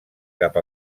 cap